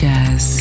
Jazz